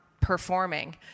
performing